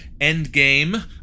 Endgame